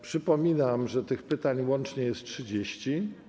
Przypominam, że tych pytań łącznie jest 30.